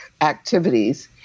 activities